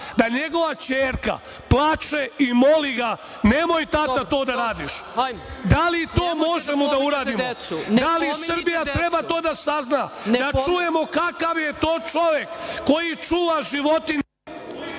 da njegova ćerka plače i moli ga, nemoj tata to da radiš. Da li to možemo da uradimo? Da li Srbija treba to da sazna, da čujemo kakav je to čovek, koji čuva životinje?